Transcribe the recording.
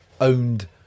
owned